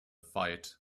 fight